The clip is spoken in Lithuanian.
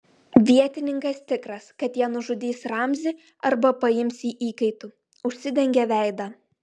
vietininkas tikras kad jie nužudys ramzį arba paims jį įkaitu užsidengė veidą